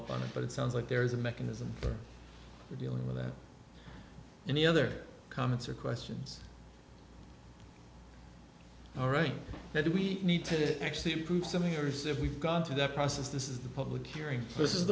up on it but it sounds like there is a mechanism for dealing with that any other comments or questions all right now do we need to actually prove something years if we've gone through that process this is the public hearing this is